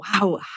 wow